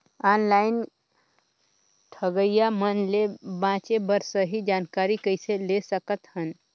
Online ठगईया मन ले बांचें बर सही जानकारी कइसे ले सकत हन?